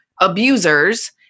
abusers